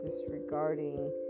disregarding